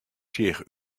seach